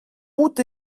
out